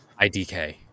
IDK